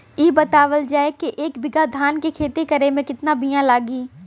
इ बतावल जाए के एक बिघा धान के खेती करेमे कितना बिया लागि?